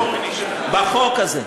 בחוק הזה.